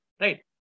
right